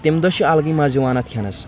تمہِ دۄہ چھِ الگٕے مَزٕ یِوان اَتھ کھٮ۪نَس